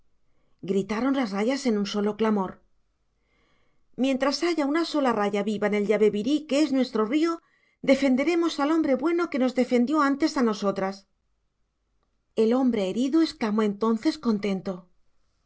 gritaron las rayas en un solo clamor mientras haya una sola raya viva en el yabebirí que es nuestro río defenderemos al hombre bueno que nos defendió antes a nosotras el hombre herido exclamó entonces contento